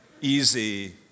easy